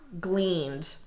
gleaned